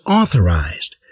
authorized